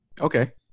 Okay